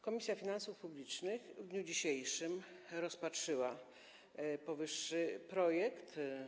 Komisja Finansów Publicznych w dniu dzisiejszym rozpatrzyła powyższy projekt.